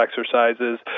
exercises